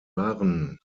waren